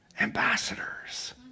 Ambassadors